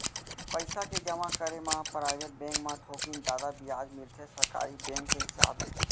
पइसा के जमा करे म पराइवेट बेंक म थोकिन जादा बियाज मिलथे सरकारी बेंक के हिसाब ले